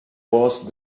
was